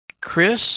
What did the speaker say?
Chris